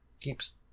keeps